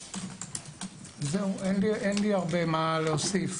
אין לי הרבה מה להוסיף,